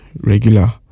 Regular